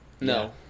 No